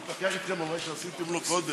הוא התווכח איתכם על מה שעשיתם לו קודם,